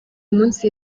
munsi